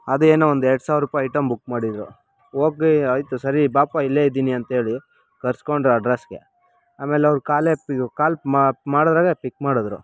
ಅದೇನೋ ಒಂದು ಎರಡು ಸಾವಿರ ರೂಪಾಯಿ ಐಟಮ್ ಬುಕ್ ಮಾಡಿದ್ದರು ಓಕೆ ಆಯಿತು ಸರಿ ಬಾಪ್ಪಾ ಇಲ್ಲೇ ಇದ್ದೀನಿ ಅಂತ ಹೇಳಿ ಕರೆಸ್ಕೊಂಡ್ರು ಅಡ್ರೆಸ್ಗೆ ಆಮೇಲೆ ಅವ್ರು ಕಾಲೇ ಪಿ ಕಾಲ್ ಮ ಮಾಡೋದ್ರಾಗೆ ಪಿಕ್ ಮಾಡಿದ್ರು